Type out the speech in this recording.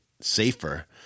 safer